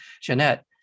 Jeanette